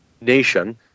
nation